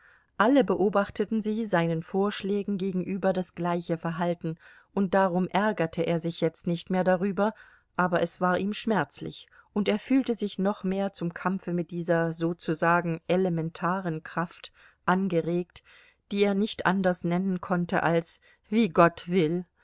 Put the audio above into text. alle beobachteten sie seinen vorschlägen gegenüber das gleiche verhalten und darum ärgerte er sich jetzt nicht mehr darüber aber es war ihm schmerzlich und er fühlte sich noch mehr zum kampfe mit dieser sozusagen elementaren kraft angeregt die er nicht anders nennen konnte als wie gott will